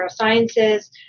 neurosciences